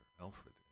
Alfred